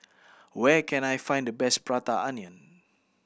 where can I find the best Prata Onion